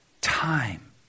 time